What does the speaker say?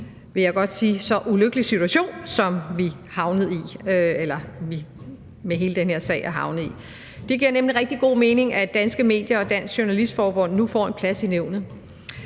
vil jeg godt sige – så ulykkelig situation, som vi med hele den her sag er havnet i. Det giver nemlig rigtig god mening, at Danske Medier og Dansk Journalistforbund nu får en plads i nævnet,